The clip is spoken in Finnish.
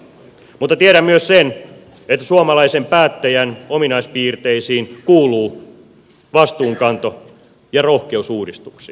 mutta tiedän myös sen että suomalaisen päättäjän ominaispiirteisiin kuuluvat vastuunkanto ja rohkeus uudistuksiin